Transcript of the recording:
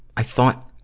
i thought,